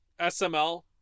sml